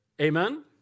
Amen